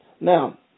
Now